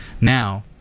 now